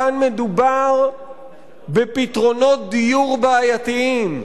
כאן מדובר בפתרונות דיור בעייתיים,